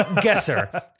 guesser